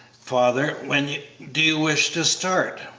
father when do you wish to start?